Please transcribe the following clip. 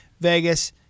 vegas